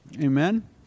Amen